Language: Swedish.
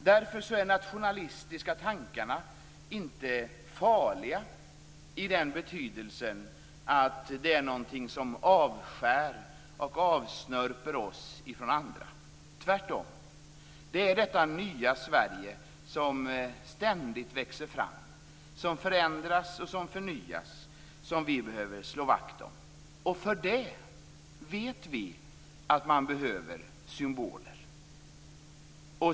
Därför är de nationalistiska tankarna inte farliga i betydelsen att de avskär och avsnörper oss från andra. Det är tvärtom detta nya Sverige som ständigt växer fram, som förändras och som förnyas, som vi behöver slå vakt om. För det vet vi att man behöver symboler.